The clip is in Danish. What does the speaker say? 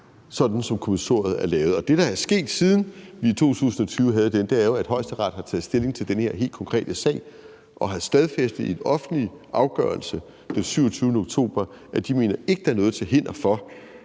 sådan som kommissoriet er lavet, og det, der er sket, siden vi i 2020 havde den, er jo, at Højesteret har taget stilling til den her helt konkrete sag og i en offentlig afgørelse den 27. oktober har stadfæstet, at de ikke mener, at der er noget til hinder for